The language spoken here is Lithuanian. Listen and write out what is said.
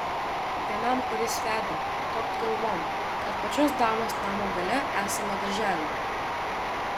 vienam kuris vedė topt galvon kad pačios damos namo gale esama darželio